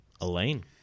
elaine